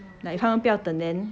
if 他们不要等 then